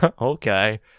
Okay